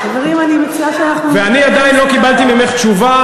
על מה אתה מדבר?